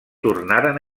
tornaren